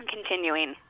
Continuing